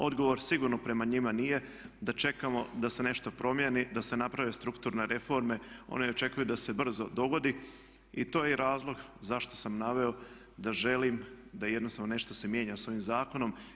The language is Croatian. Odgovor sigurno prema njima nije da čekamo da se nešto promijeni, da se naprave strukturne reforme, oni očekuje da se brzo dogodi i to je i razlog zašto sam naveo da želim da jednostavno nešto se mijenja s ovim zakonom.